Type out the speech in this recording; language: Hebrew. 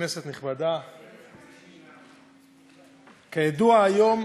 כנסת נכבדה, כידוע, היום